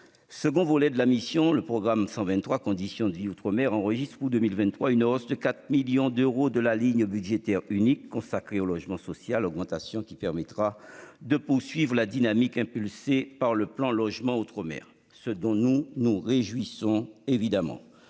Second volet de la mission, le programme 123, « Conditions de vie outre-mer », enregistre pour 2023 une hausse de 4 millions d'euros de la ligne budgétaire unique consacrée au logement social. Cette augmentation s'inscrit dans la dynamique impulsée par le plan Logement outre-mer 2019-2022, ce dont nous nous réjouissons. Ce budget